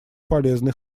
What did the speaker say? полезный